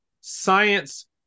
science